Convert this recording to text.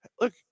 look